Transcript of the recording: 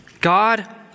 God